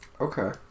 Okay